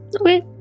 Okay